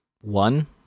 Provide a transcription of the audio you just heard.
One